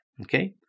Okay